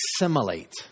assimilate